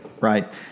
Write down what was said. Right